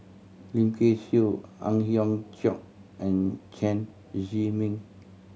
Lim Kay Siu Ang Hiong Chiok and Chen Zhiming